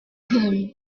him